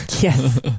Yes